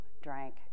drank